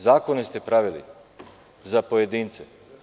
Zakone ste pravili za pojedince.